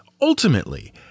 ultimately